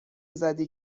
زدی